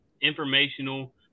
informational